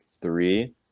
three